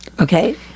Okay